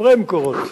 חברי "מקורות",